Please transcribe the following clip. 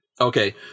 Okay